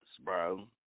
bro